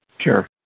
Sure